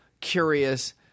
curious